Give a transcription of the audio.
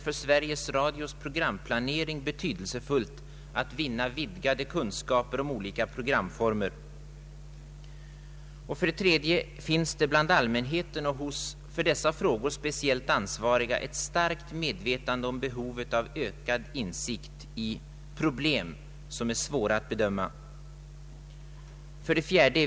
För Sveriges Radios programplanering är det betydelsefullt att vinna vidgade kunskaper om olika programformer. 3. Det finns bland allmänheten och hos för dessa frågor speciellt ansvariga ett starkt medvetande om behovet av ökad insikt i svårbedömbara problem. 4.